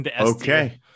Okay